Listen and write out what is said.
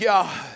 God